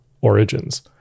origins